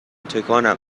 تکانم